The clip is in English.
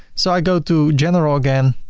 so i go to general again,